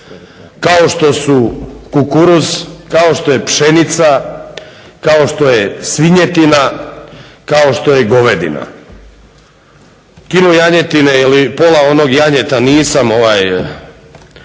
kao što su kukuruz, kao što je pšenica, kao što je svinjetina, kao što je govedina. Kilu janjetine ili pola onog janjeta nisam kupio